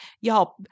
Y'all